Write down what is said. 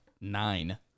nine